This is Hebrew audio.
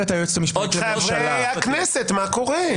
מה קורה?